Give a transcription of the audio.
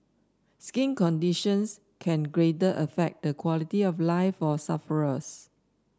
skin conditions can great affect the quality of life for sufferers